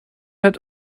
had